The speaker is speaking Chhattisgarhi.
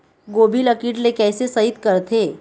गोभी ल कीट ले कैसे सइत करथे?